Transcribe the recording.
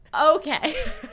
Okay